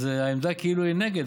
אז העמדה כאילו היא נגד,